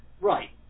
Right